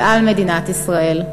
ועל מדינת ישראל,